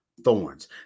thorns